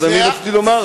אז אני רציתי לומר,